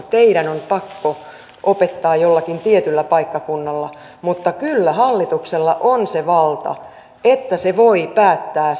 teidän on pakko opettaa jollakin tietyllä paikkakunnalla mutta kyllä hallituksella on se valta että se voi päättää